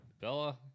Bella